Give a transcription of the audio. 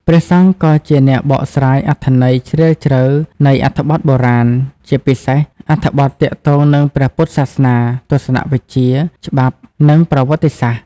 ព្រះសង្ឃក៏ជាអ្នកបកស្រាយអត្ថន័យជ្រាលជ្រៅនៃអត្ថបទបុរាណ ជាពិសេសអត្ថបទទាក់ទងនឹងព្រះពុទ្ធសាសនា ទស្សនវិជ្ជា ច្បាប់ និងប្រវត្តិសាស្ត្រ។